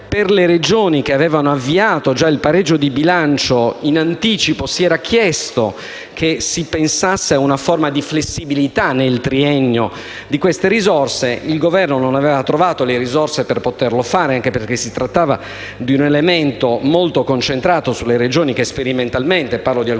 alle Regioni che avevano avviato già il pareggio di bilancio in anticipo si era chiesto di pensare ad una forma di flessibilità per l'utilizzo nel triennio di tali risorse. Il Governo, tuttavia, non aveva trovato le risorse per poterlo fare, anche perché si trattava di un elemento incentrato sulle Regioni che sperimentalmente, parlo di alcune